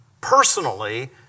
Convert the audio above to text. personally